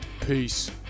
Peace